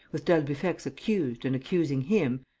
with d'albufex accused and accusing him,